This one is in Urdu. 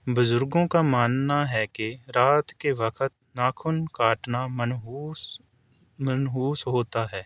بزرگوں کا ماننا ہے کہ رات کے وقت ناخن کاٹنا منحوس منحوس ہوتا ہے